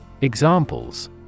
Examples